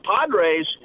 Padres